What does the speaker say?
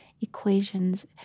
equations